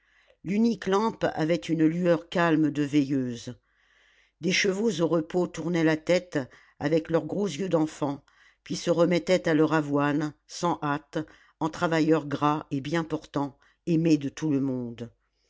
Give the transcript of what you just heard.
l'unique lampe avait une lueur calme de veilleuse des chevaux au repos tournaient la tête avec leurs gros yeux d'enfants puis se remettaient à leur avoine sans hâte en travailleurs gras et bien portants aimés de tout le monde